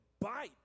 bite